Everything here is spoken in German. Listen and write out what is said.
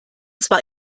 zwar